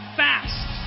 fast